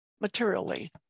materially